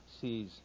sees